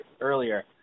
earlier